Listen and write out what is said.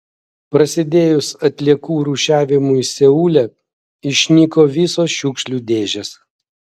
prasidėjus atliekų rūšiavimui seule išnyko visos šiukšlių dėžės